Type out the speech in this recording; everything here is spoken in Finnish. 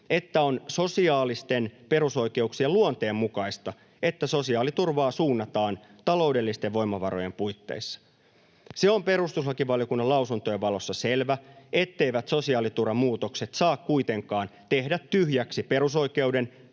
että on sosiaalisten perusoikeuksien luonteen mukaista, että sosiaaliturvaa suunnataan taloudellisten voimavarojen puitteissa. Se on perustuslakivaliokunnan lausuntojen valossa selvä, etteivät sosiaaliturvamuutokset saa kuitenkaan tehdä tyhjäksi perusoikeuden,